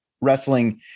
wrestling